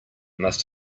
must